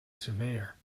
surveyor